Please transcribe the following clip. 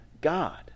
God